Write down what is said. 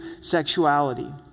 sexuality